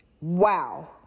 Wow